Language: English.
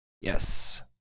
Yes